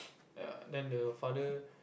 ya then the father